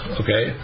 okay